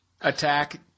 attack